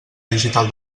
digital